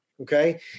okay